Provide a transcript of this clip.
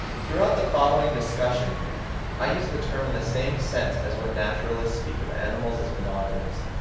throughout the following discussion i use the term in the same sense as when naturalists speak of animals as monogamous,